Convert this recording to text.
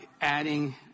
adding